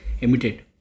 emitted